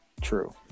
true